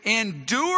endure